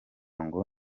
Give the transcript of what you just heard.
ngo